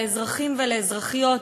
לאזרחים ולאזרחיות,